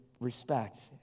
respect